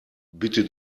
bitte